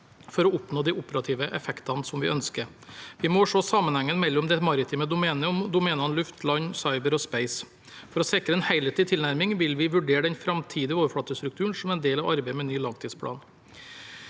for å oppnå de operative effektene vi ønsker. Vi må også se sammenhengen mellom det maritime domenet og domenene luft, land, cyber og space. For å sikre en helhetlig tilnærming vil vi vurdere den framtidige overflatestrukturen som en del av arbeidet med ny langtidsplan.